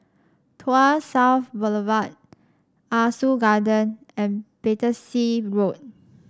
Tuas South Boulevard Ah Soo Garden and Battersea Road